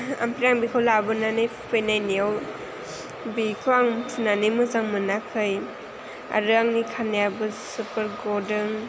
आमफ्राय आं बेखौ लाबोनानै फुफैनायनायाव बेखौ आं फुनानै मोजां मोनाखै आरो आंनि खानायाबो जोबोर गदों